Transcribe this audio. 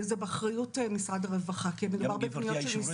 כן יש תלונות של טיב האוכל ובעיקר קשיים לטבעוניים ולצמחוניים,